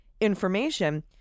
information